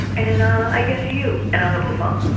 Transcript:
and and i guess you and hang up the phone